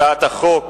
הצעת החוק